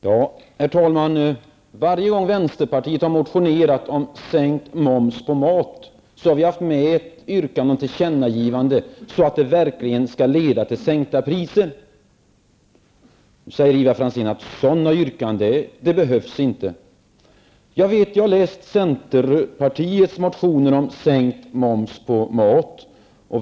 Herr talman! Varje gång vänsterpartiet har motionerat om sänkt moms på mat, har vi haft med ett yrkande om tillkännagivande, så att momssänkningen verkligen skall leda till sänkta priser. Nu säger Ivar Franzén att sådana yrkanden inte behövs. Jag har läst centerpartiets motioner om sänkt moms på mat.